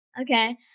okay